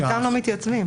מרביתם לא מתייצבים.